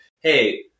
Hey